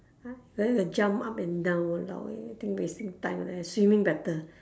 !huh! like that will jump up and down !walao! eh I think wasting time like that swimming better